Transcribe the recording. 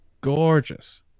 gorgeous